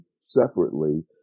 separately